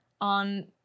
on